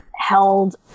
held